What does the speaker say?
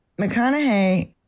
McConaughey